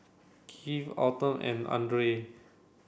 Kerwin Autumn and Dandre